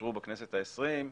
ואושרו בכנסת העשרים,